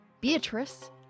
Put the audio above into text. beatrice